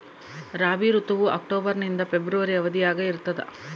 ರಾಬಿ ಋತುವು ಅಕ್ಟೋಬರ್ ನಿಂದ ಫೆಬ್ರವರಿ ಅವಧಿಯಾಗ ಇರ್ತದ